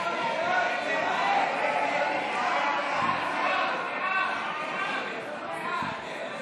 כהצעת הוועדה, נתקבל.